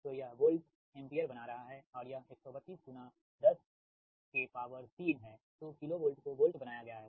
तो यह volt ampere बना रहा है और यह 132 103 है तो किलो वोल्ट को वोल्ट बनाया गया है